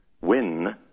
win